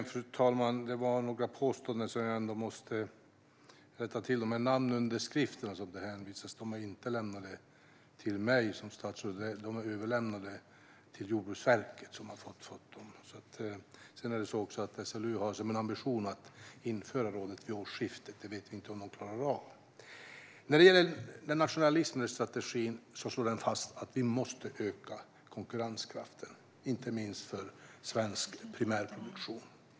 Fru talman! Jag måste rätta några påståenden. De namnunderskrifter som det hänvisas till har inte överlämnats till mig som statsråd, utan till Jordbruksverket. SLU har som ambition att införa rådet vid årsskiftet, men vi vet inte om de klarar av det. Den nationella livsmedelsstrategin slår fast att vi måste öka konkurrenskraften, inte minst för svensk primärproduktion.